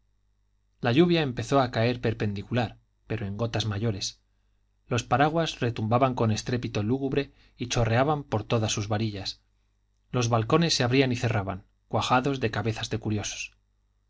la lluvia empezó a caer perpendicular pero en gotas mayores los paraguas retumbaban con estrépito lúgubre y chorreaban por todas sus varillas los balcones se abrían y cerraban cuajados de cabezas de curiosos